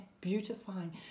beautifying